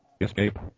escape